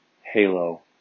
Halo